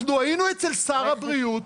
אנחנו היינו אצל שר הבריאות